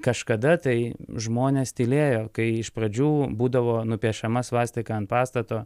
kažkada tai žmonės tylėjo kai iš pradžių būdavo nupiešiama svastika ant pastato